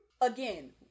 Again